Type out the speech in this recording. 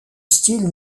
style